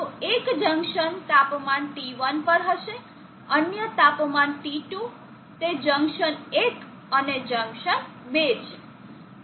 તો એક જંકશન તાપમાન T1 પર હશે અન્ય તાપમાન T2 તે જંકશન 1 અને જંકશન 2 છે